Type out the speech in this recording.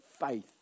faith